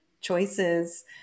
choices